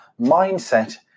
Mindset